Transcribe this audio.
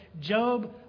Job